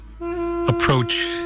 approach